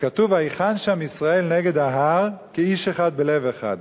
וכתוב "ויחן שם ישראל נגד ההר" כאיש אחד בלב אחד.